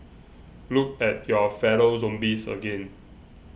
look at your fellow zombies again